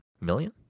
million